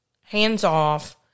hands-off